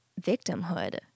victimhood